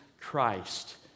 Christ